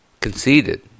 conceded